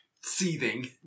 seething